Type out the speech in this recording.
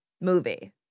movie